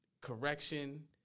correction